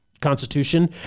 Constitution